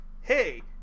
hey